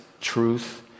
truth